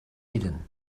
hidden